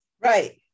Right